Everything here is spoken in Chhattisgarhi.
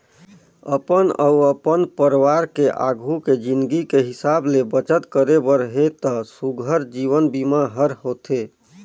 अपन अउ अपन परवार के आघू के जिनगी के हिसाब ले बचत करे बर हे त सुग्घर जीवन बीमा हर होथे